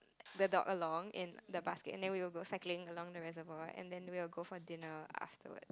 the dog along in the basket and then we will go cycling along the reservoir and then we will go for dinner afterwards